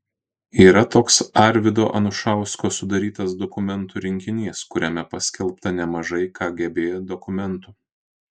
yra toks arvydo anušausko sudarytas dokumentų rinkinys kuriame paskelbta nemažai kgb dokumentų